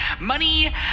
Money